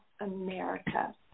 America